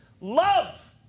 love